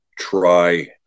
Try